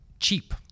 cheap